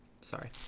sorry